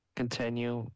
continue